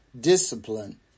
Discipline